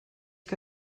que